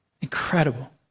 Incredible